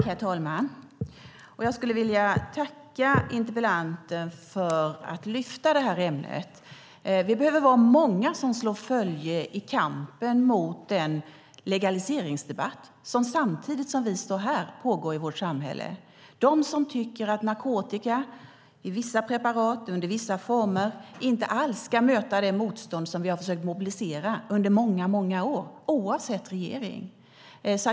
Herr talman! Jag skulle vilja tacka interpellanten för att hon lyfter upp det här ämnet. Vi behöver vara många som slår följe i kampen mot den legaliseringsdebatt som, samtidigt som vi står här, pågår i vårt samhälle, de som tycker att narkotika i vissa preparat och i vissa former inte alls ska möta det motstånd som vi har försökt mobilisera under många, många år, oavsett regering.